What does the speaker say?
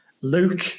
Luke